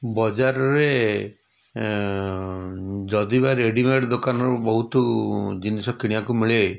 ବଜାରରେ ଯଦି ବା ରେଡ଼ିମେଡ଼ ଦୋକାନରୁ ବହୁତ ଜିନିଷ କିଣିବାକୁ ମିଳେ